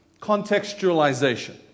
contextualization